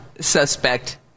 suspect